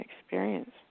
experience